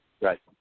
Right